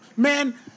Man